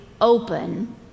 open